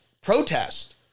protest